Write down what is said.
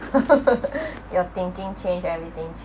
your thinking changed everything changed